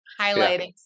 highlighting